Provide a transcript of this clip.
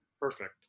Perfect